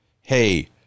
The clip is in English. hey